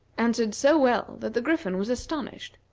answered so well that the griffin was astonished.